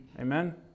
Amen